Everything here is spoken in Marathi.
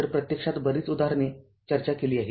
तरप्रत्यक्षात बरीच उदाहरणे चर्चा केली आहेत